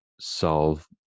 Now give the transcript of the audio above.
solve